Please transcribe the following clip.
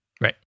Right